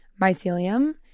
mycelium